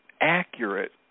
accurate